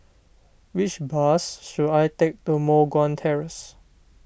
which bus should I take to Moh Guan Terrace